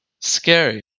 scary